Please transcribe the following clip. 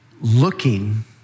looking